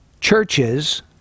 churches